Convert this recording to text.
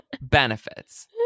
benefits